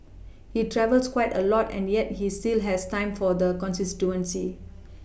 he travels quite a lot and yet he still has time for the constituency